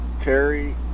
Terry